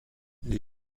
les